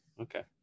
Okay